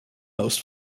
most